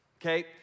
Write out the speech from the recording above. okay